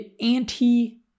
anti